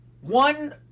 One